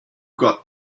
got